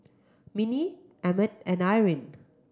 Minnie Emett and Irene